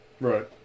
Right